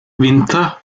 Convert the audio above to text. winter